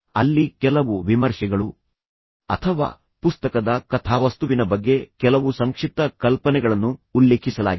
ಆದ್ದರಿಂದ ಹಿಂದಿನ ಫ್ಲಾಪ್ ಕವರ್ನ ಹಿಂಭಾಗದಲ್ಲಿದೆ ಅಲ್ಲಿ ಕೆಲವು ವಿಮರ್ಶೆಗಳು ಅಥವಾ ಪುಸ್ತಕದ ಕಥಾವಸ್ತುವಿನ ಬಗ್ಗೆ ಕೆಲವು ಸಂಕ್ಷಿಪ್ತ ಕಲ್ಪನೆಗಳನ್ನು ಉಲ್ಲೇಖಿಸಲಾಗಿದೆ